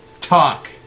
Talk